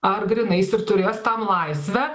ar grynais ir turės tam laisvę